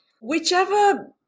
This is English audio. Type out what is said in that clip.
Whichever